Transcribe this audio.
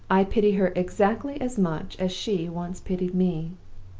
i pity her exactly as much as she once pitied me!